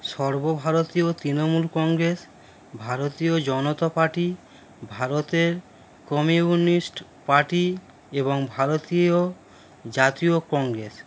সর্বভারতীয় তৃণমূল কংগ্রেস ভারতীয় জনতা পার্টি ভারতের communist party এবং ভারতীয় জাতীয় কংগ্রেস